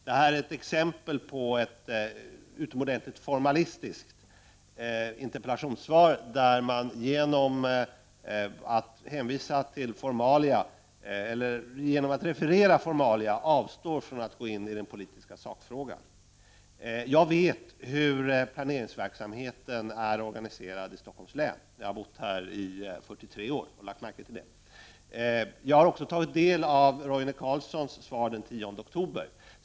Detta är ett exempel på ett utomordentligt formalistiskt interpellationssvar, där man genom att referera formalia avstår från att gå in på den politiska sakfrågan. Jag vet hur planeringsverksamheten är organiserad i Stockholms län. Jag har bott här i 43 år, och jag har lagt märke till detta. Jag har också tagit del av Roine Carlssons svar den 10 oktober.